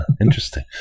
interesting